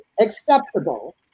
acceptable